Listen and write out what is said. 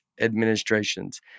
administrations